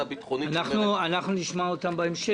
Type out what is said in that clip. ביטחונית שאומרת --- אנחנו נשמע אותם בהמשך.